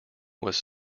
was